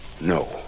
No